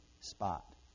spot